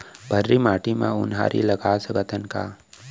भर्री माटी म उनहारी लगा सकथन का?